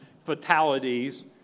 fatalities